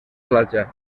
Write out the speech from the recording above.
platja